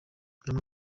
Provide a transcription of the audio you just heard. bamwe